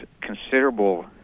considerable